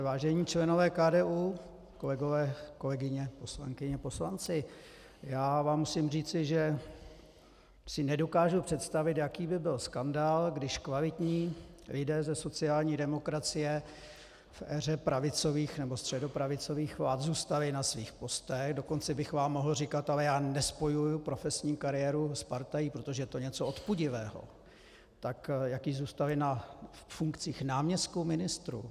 Vážení členové KDU, kolegové, kolegyně, poslankyně, poslanci, já vám můžu říci, že si nedokážu představit, jaký by byl skandál, když kvalitní lidé ze sociální demokracie v éře pravicových nebo středopravicových vlád zůstali na svých postech, dokonce bych vám mohl říkat ale já nespojuji profesní kariéru s partají, protože to je něco odpudivého, tak jací zůstali na funkcích náměstků ministrů.